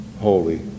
holy